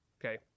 okay